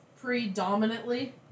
predominantly